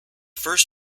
first